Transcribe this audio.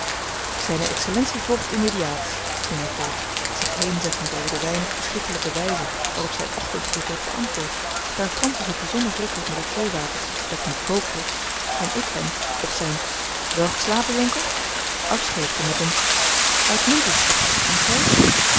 zijne excellentie volgt immediaat ging hij voort zich heenzettend over de weinig toeschietelijke wijze waarop zijn ochtendgroet werd beantwoord daar francis het bijzonder druk had met het theewater dat niet kookte en ik hem op zijn wel geslapen jonker afscheepte met een uitmuntend kapitein en gij